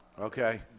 Okay